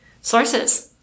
Sources